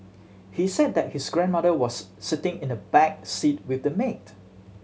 he said that his grandmother was sitting in the back seat with the maid